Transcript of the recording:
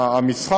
המסחר,